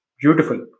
Beautiful